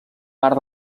part